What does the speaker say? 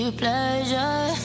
pleasure